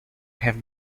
have